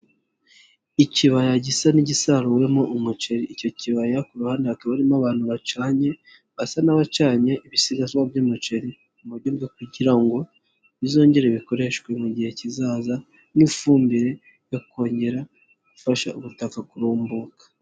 Ikibaya gisa n'igisaruwemo umuceri. Icyo kibaya ku ruhande hakaba harimo abantu bacanye, basa n'abacanye ibisigazwa by'umaceri mu buryo kugira ngo bizongere bikoreshwe mu gihe kizaza nk'ifumbire yo kongera gufasha ubutaka kurumbuka.